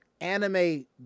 anime